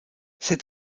cet